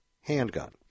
handgun